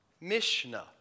Mishnah